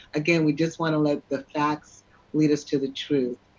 again, we just want to let the facts lead us to the truth.